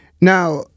Now